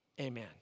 Amen